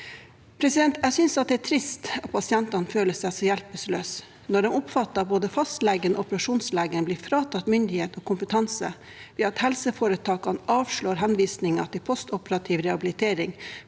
Jeg synes det er trist at pasientene føler seg så hjelpeløse, når de oppfatter at både fastlegen og operasjonslegen blir fratatt myndighet og kompetanse ved at helseforetakene avslår henvisningen til postoperativ rehabilitering